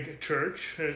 church